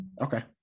Okay